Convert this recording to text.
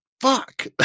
fuck